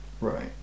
right